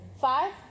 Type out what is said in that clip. Five